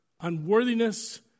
unworthiness